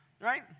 right